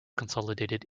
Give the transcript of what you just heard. consolidated